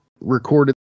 recorded